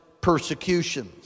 persecutions